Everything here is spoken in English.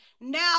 now